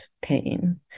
pain